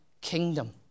kingdom